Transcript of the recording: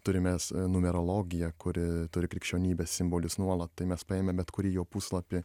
turim mes numerologiją kuri turi krikščionybės simbolius nuolat tai mes paėmę bet kurį jo puslapį